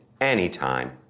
anytime